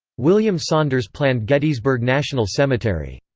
william saunders planned gettysburg national cemetery.